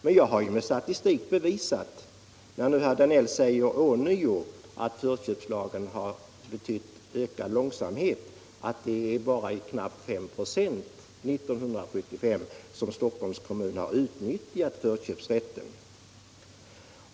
Men jag har med statistik bevisat att det bara är i knappt 5 96 av fallen år 1975 som Stockholms kommun har utnyttjat förköpsrätten.